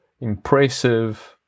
impressive